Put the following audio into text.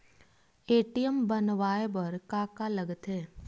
ATM बनवाय बर का का लगथे?